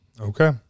Okay